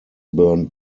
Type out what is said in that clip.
burned